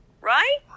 Right